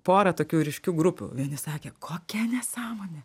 porą tokių ryškių grupių vieni sakė kokia nesąmonė